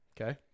Okay